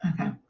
Okay